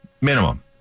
Minimum